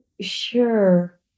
sure